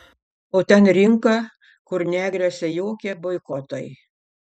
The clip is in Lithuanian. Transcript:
o ten rinka kur negresia jokie boikotai